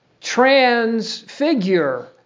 Transfigure